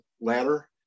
ladder